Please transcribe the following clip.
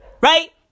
Right